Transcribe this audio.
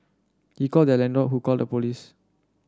he called their landlord who called the police